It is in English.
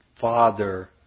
Father